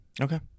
Okay